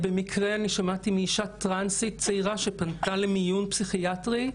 במקרה שמעתי מאישה טרנסית צעירה שפנתה למיון פסיכיאטרי,